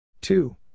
Two